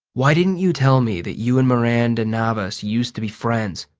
why didn't you tell me that you and miranda navas used to be friends?